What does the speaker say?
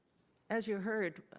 as you heard,